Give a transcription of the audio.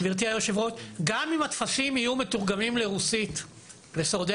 גם אם הטפסים יהיו מתורגמים לרוסית ושורדי